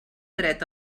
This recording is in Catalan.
dret